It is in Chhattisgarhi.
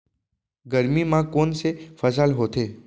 गरमी मा कोन से फसल होथे?